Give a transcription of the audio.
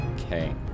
Okay